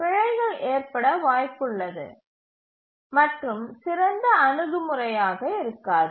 பிழைகள் ஏற்பட வாய்ப்புள்ளது மற்றும் சிறந்த அணுகுமுறையாக இருக்காது